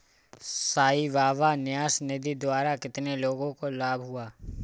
साई बाबा न्यास निधि द्वारा कितने लोगों को लाभ हुआ?